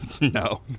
No